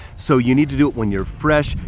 so you need to do it when you're fresh.